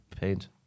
paint